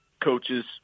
coaches